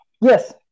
Yes